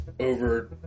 Over